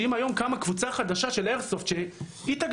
שאם היום קמה קבוצה חדשה של איירסופט שהתאגדה,